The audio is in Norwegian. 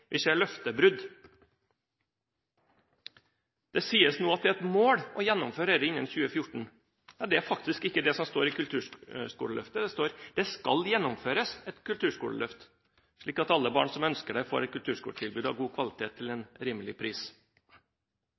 vi ser løftebrudd. Det sies nå at det er et mål å gjennomføre dette innen 2014. Ja, det er faktisk ikke det som står i Kulturløftet. Det står: «Det skal gjennomføres et kulturskoleløft slik at alle barn som ønsker det får et kulturskoletilbud av god kvalitet til en rimelig pris.»